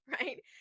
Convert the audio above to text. right